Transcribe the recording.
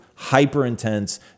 hyper-intense